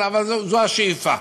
אבל זו השאיפה.